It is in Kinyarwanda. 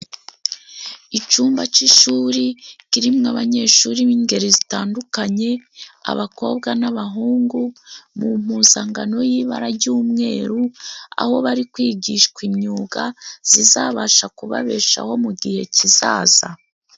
Icumba c'ishuri kirimo abanyeshuri b'ingeri zitandukanye abakobwa n'abahungu mu mpuzangano y'ibara jy'umweru aho bari kwigishwa imyuga zizabasha kubabeshaho mu gihe kizaza.